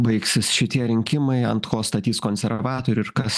baigsis šitie rinkimai ant ko statys konservatorių ir kas